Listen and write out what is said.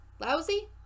Lousy